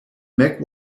mack